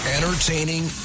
Entertaining